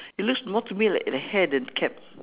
it looks more to me like the hair than cap